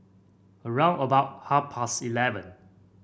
round about half past eleven